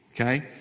Okay